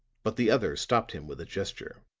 but the other stopped him with a gesture.